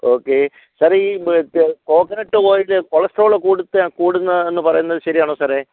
okay സാറെ ഈ coconut oil cholesterol കൂട്ത്ത് കൂടുന്നു എന്നു പറയുന്നത് ശരിയാണോ സാറേ